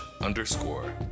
underscore